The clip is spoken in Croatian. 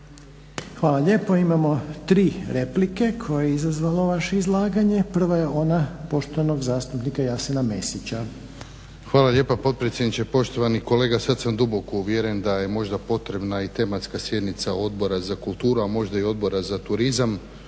Hvala lijepo. Imamo tri replike koje je izazvalo vaše izlaganje. Prva je ona poštovanog zastupnika Jasena Mesića. **Mesić, Jasen (HDZ)** Hvala lijepa potpredsjedniče. Poštovani kolega, sad sam duboko uvjeren da je možda potrebna i tematska sjednica Odbora za kulturu, a možda i Odbora za turizam